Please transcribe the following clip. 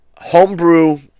homebrew